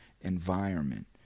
environment